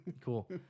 cool